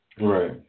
Right